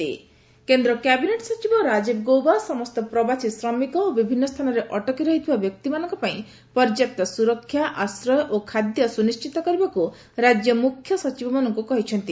centre migrant ଲେବରର କେନ୍ଦ୍ର cabinet ସଚିବ ରାଜିବ ଗୌବା ସମସ୍ତ ପ୍ରବାସୀ ଶ୍ରମିକ ଓ ବିଭିନ୍ନ ସ୍ଥାନରେ ଅଟକି ରହିଥିବା ବ୍ୟକ୍ତିମାନଙ୍କ ପାଇଁ ପର୍ଯ୍ୟାପ୍ତ ସୁରକ୍ଷା ଆଶ୍ରୟ ଓ ଖାଦ୍ୟ ସୁନିଶ୍ଚିତ କରିବାକୁ ରାଜ୍ୟ ମୁଖ୍ୟ ସଚିବମାନଙ୍କୁ କହିଛନ୍ତି